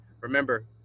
remember